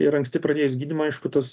ir anksti pradėjus gydymą aišku tas